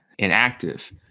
inactive